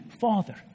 father